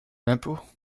d’impôts